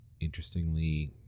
interestingly